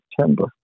September